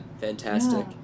Fantastic